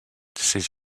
ses